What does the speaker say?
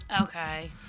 Okay